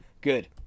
Good